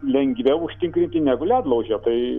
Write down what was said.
lengviau užtikrinti negu ledlaužio tai